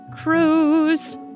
cruise